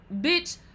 bitch